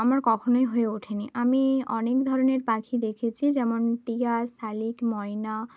আমার কখনোই হয়ে ওঠে নি আমি অনেক ধরনের পাখি দেখেছি যেমন টিয়া শালিক ময়না